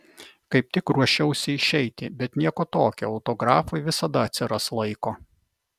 kaip tik ruošiausi išeiti bet nieko tokio autografui visada atsiras laiko